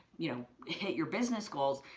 you know, hit your business goals,